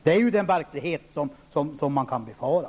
Det är den verklighet som man kan befara.